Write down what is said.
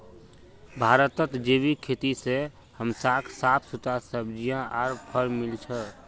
भारतत जैविक खेती से हमसाक साफ सुथरा सब्जियां आर फल मिल छ